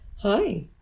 Hi